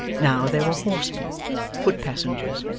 now, there were horsemen foot-passengers,